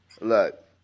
Look